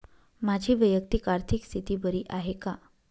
माझी वैयक्तिक आर्थिक स्थिती बरी आहे का?